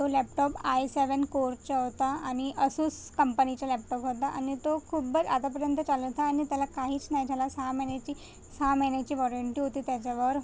तो laptop I seven कोरचा होता आणि असूस कंपनीचा लॅपटाॅप होता आणि तो खूपच आतापर्यंत चालत आहे आणि त्याला काहीच नाही झाला सहा महिन्याची सहा महिन्याची वॉरंटी होती त्याच्यावर